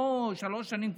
לא שלוש שנים,